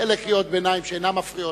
אלה קריאות ביניים שאינן מפריעות.